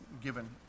given